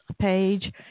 page